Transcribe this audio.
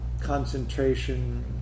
Concentration